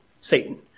Satan